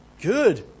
Good